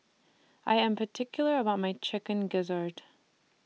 I Am particular about My Chicken Gizzard